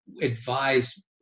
advise